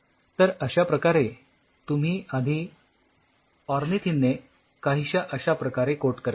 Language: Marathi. तर अश्याप्रकारे तुम्ही आधी ऑर्निथिन ने काहीश्या अश्या प्रकारे कोट कराल